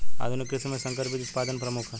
आधुनिक कृषि में संकर बीज उत्पादन प्रमुख ह